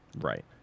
Right